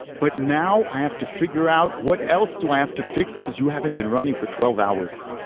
but now i have to figure out what else do i have to fix because you haven't been running for twelve hours.